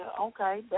Okay